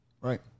Right